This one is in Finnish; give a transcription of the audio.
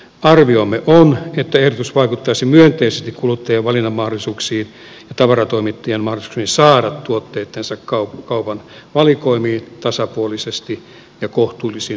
arviomme on että ehdotus vaikuttaisi myönteisesti kuluttajien valinnanmahdollisuuksiin ja tavarantoimittajien mahdollisuuksiin saada tuotteitansa kaupan valikoimiin tasapuolisesti ja kohtuullisin ehdoin